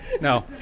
No